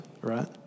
right